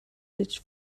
ditch